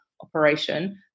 operation